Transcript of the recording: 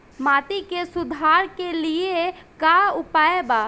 माटी के सुधार के लिए का उपाय बा?